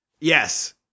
yes